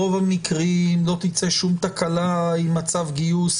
ברוב המקרים לא תצא שום תקלה עם הצו גיוס